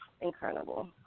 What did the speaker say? incredible